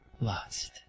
lost